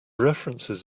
references